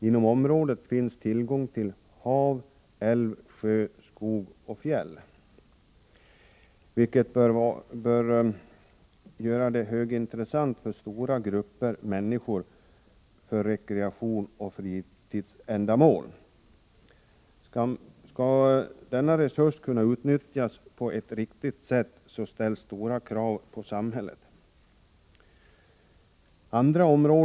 Inom området finns tillgång till hav, älv, sjö, skog och fjäll, vilket bör göra det högintressant för stora grupper människor för rekreationsoch fritidsändamål. Skall denna resurs kunna utnyttjas på ett riktigt sätt, ställs stora krav på samhället.